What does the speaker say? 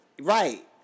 right